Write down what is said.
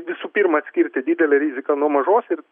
visų pirma atskirti didelę riziką nuo mažos ir